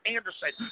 Anderson